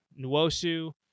Nuosu